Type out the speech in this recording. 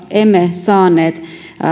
emme saaneet